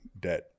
debt